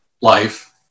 life